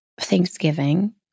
Thanksgiving